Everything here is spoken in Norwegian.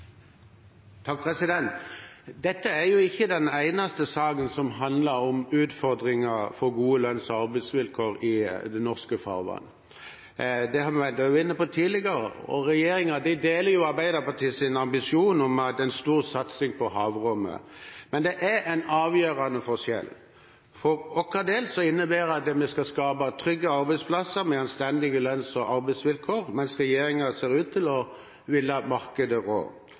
Dette er jo ikke den eneste saken som handler om utfordringer for gode lønns- og arbeidsvilkår i norske farvann. Det har vi også vært inne på tidligere. Regjeringen deler Arbeiderpartiets ambisjon om en stor satsing på havrommet. Men det er en avgjørende forskjell. For vår del innebærer det at vi skal skape trygge arbeidsplasser, med anstendige lønns- og arbeidsvilkår, mens regjeringen ser ut til å ville la markedet